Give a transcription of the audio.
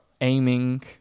aiming